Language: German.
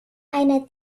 eine